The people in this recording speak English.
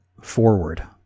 forward